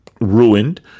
ruined